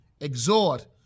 exhort